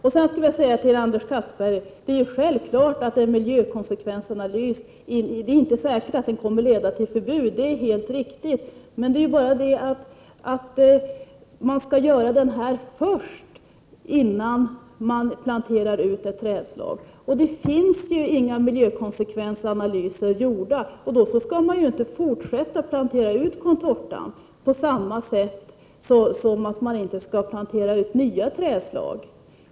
Jag vill säga till Anders Castberger att det självfallet inte är säkert att en miljökonsekvensanalys kommer att leda till förbud, men analysen skall ändå göras först, innan ett trädslag planteras ut. Det har ju inte gjorts några miljökonsekvensanalyser, och då skall man inte fortsätta att plantera ut contorta, liksom man inte skall plantera ut nya trädslag.